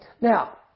Now